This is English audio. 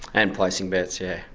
and placing bets, yeah.